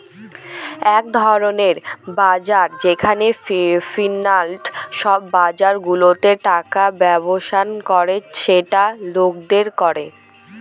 এক ধরনের বাজার যেখানে ফিন্যান্সে সব বাজারগুলাতে টাকার ব্যবসা করে ডেটা লেনদেন করে